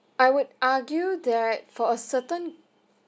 I would argue that for a certain